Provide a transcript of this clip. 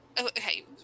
okay